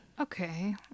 Okay